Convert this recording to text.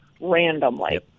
randomly